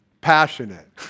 passionate